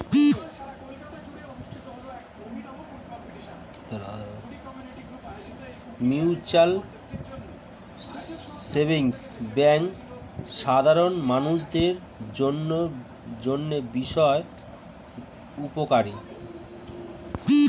mutual savings bank সাধারণ মানুষদের জন্য বেশ উপকারী